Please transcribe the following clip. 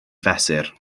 fesur